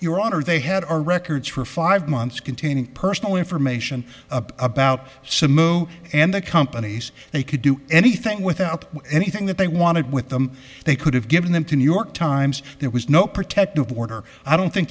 your honor they had our records for five months containing personal information about simmo and the companies they could do anything without anything that they wanted with them they could have given them to new york times there was no protective order i don't think